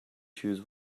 choose